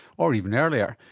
or even earlier?